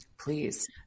Please